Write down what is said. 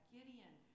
Gideon